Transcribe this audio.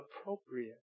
appropriate